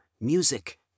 music